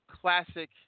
classic